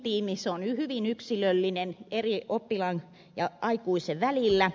se on hyvin yksilöllinen oppilaan ja aikuisen välillä